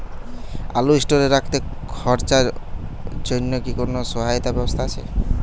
আলু স্টোরে রাখতে খরচার জন্যকি কোন সহায়তার ব্যবস্থা আছে?